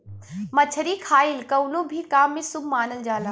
मछरी खाईल कवनो भी काम में शुभ मानल जाला